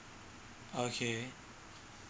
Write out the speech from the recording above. okay